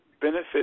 benefit